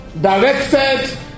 directed